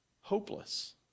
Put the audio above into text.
hopeless